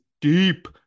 deep